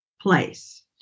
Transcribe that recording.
place